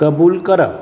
कबूल करप